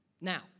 Now